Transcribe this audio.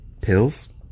pills